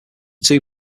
two